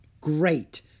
Great